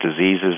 diseases